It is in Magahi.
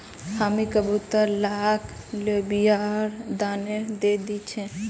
हामी कबूतर लाक लोबियार दाना दे दी छि